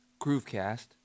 Groovecast